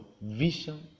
vision